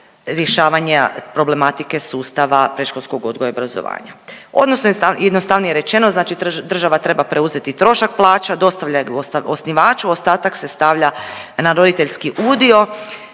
rješavanja problematike sustava predškolskog odgoja i obrazovanja. Odnosno, jednostavnije rečeno, znači država treba preuzeti trošak plaća, dostavlja ih osnivaču, ostatak se stavlja na roditeljski udio,